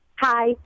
Hi